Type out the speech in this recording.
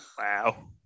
Wow